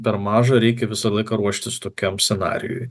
per maža reikia visą laiką ruoštis tokiam scenarijui